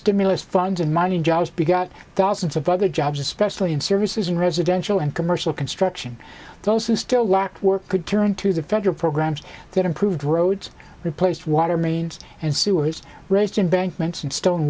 stimulus funds and money jobs be got thousands of other jobs especially in services in residential and commercial construction those who still lack work could turn to the federal programs that improved roads replaced water mains and sewers raised in bank mentioned stone